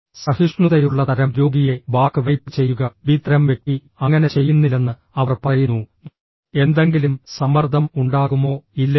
സഹിഷ്ണുതയുള്ള തരം രോഗിയെ ബാക്ക് ടൈപ്പ് ചെയ്യുക ബി തരം വ്യക്തി അങ്ങനെ ചെയ്യുന്നില്ലെന്ന് അവർ പറയുന്നു എന്തെങ്കിലും സമ്മർദ്ദം ഉണ്ടാകുമോ ഇല്ലയോ